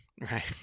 Right